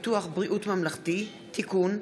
הצעת חוק ביטוח בריאות ממלכתי (תיקון,